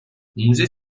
موزه